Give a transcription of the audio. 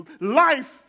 life